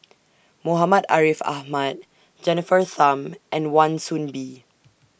Muhammad Ariff Ahmad Jennifer Tham and Wan Soon Bee